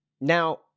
Now